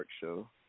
show